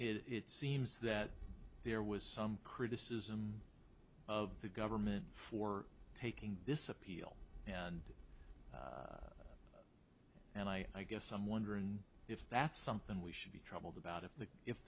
it seems that there was some criticism of the government for taking this appeal and and i i guess i'm wondering if that's something we should be troubled about if the if